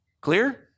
Clear